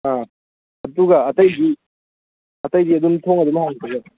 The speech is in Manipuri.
ꯑꯥ ꯑꯗꯨꯒ ꯑꯇꯩꯗꯤ ꯑꯇꯩꯗꯤ ꯑꯗꯨꯝ ꯊꯣꯡ ꯑꯗꯨꯝ